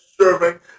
serving